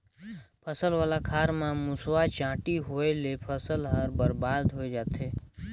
फसल वाला खार म मूसवा, चांटी होवयले फसल हर बरबाद होए जाथे